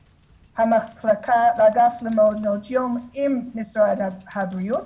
המחלקה ואגף למעונות יום עם משרד הבריאות.